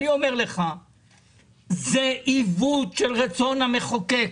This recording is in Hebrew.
שזה עיוות של רצון המחוקק